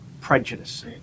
prejudice